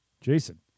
Jason